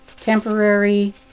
temporary